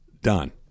done